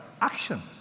action